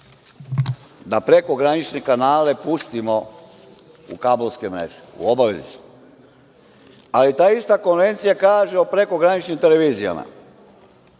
da prekogranične kanale pustimo u kablovske mreže, u obavezi smo, ali ta ista konvencija kaže o prekograničnim televizijama,